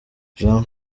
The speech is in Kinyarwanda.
jean